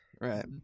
Right